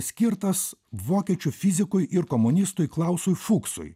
skirtas vokiečių fizikui ir komunistui klausui fuksui